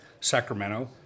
Sacramento